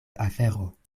afero